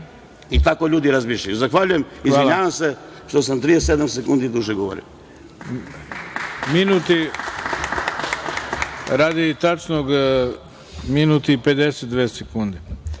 Tako ljudi razmišljaju. Zahvaljujem. Izvinjavam se što sam 37 sekundi duže govorio.